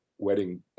wedding